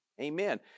Amen